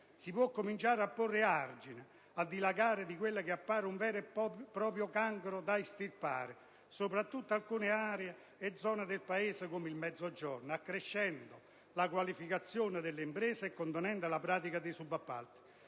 Si può cominciare a porre argine al dilagare di quello che appare un vero e proprio cancro da estirpare, soprattutto in alcune zone del Paese, come il Mezzogiorno, accrescendo la qualificazione delle imprese e contenendo la pratica dei subappalti.